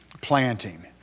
planting